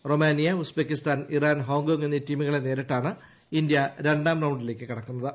Romania Uzbekistan Iran Hong Kong എന്നീ ടീമുകളെ നേരിട്ടാണ് ഇന്ത്യി ത്ത്യാം റൌണ്ടിലേക്ക് കടക്കു ന്നത്